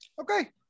okay